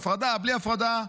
ההפרדה ובלי הפרדה,